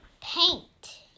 paint